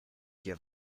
dir